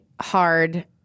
hard